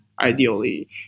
ideally